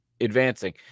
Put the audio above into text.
advancing